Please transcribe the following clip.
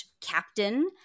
captain